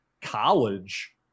college